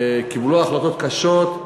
וקיבלו החלטות קשות.